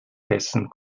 dessen